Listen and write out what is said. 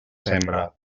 sembra